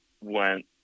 went